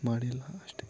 ಮಾಡಿಲ್ಲ ಅಷ್ಟೆ